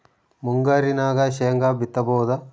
ಮುಂಗಾರಿನಾಗ ಶೇಂಗಾ ಬಿತ್ತಬಹುದಾ?